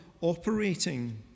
operating